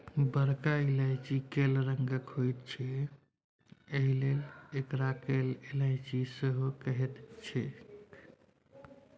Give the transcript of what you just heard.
बरका इलायची कैल रंगक होइत छै एहिलेल एकरा कैला इलायची सेहो कहैत छैक